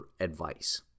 advice